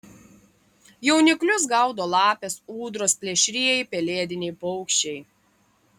jauniklius gaudo lapės ūdros plėšrieji pelėdiniai paukščiai